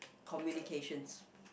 communications